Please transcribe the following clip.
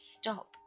stop